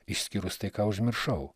išskyrus tai ką užmiršau